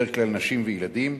בדרך כלל נשים וילדים,